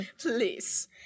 Please